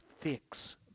fix